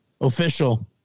Official